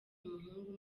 umuhungu